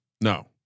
No